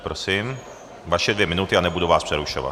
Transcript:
Prosím, vaše dvě minuty a nebudu vás přerušovat.